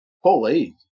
Holy